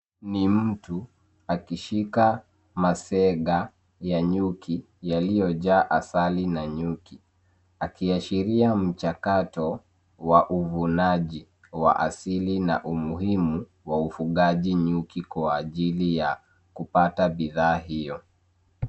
Ni mtu akishika masenga ya nyuki yaliyojaa asali na nyuki akiashiria mchakato wa uvunaji wa asili na umuhimu wa ufugaji nyuki kwa ajili ya kupata bidhaa hiyo.